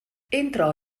entrò